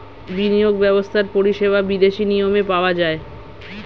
বিনিয়োগ ব্যবস্থার পরিষেবা বিদেশি নিয়মে পাওয়া যায়